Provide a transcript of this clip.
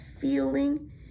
feeling